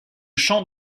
champ